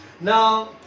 Now